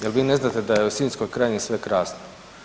Je l' vi ne znate da je sinjskoj krajini sve krasno?